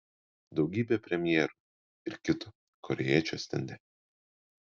daugybė premjerų ir kito korėjiečio stende